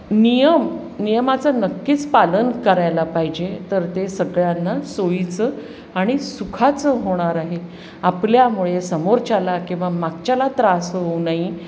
नियम नियमाचं नक्कीच पालन करायला पाहिजे तर ते सगळ्यांना सोयीचं आणि सुखाचं होणार आहे आपल्यामुळे समोरच्याला किंवा मागच्याला त्रास होऊ नये